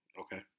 Okay